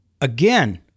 Again